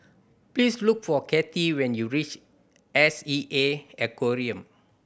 please look for Katie when you reach S E A Aquarium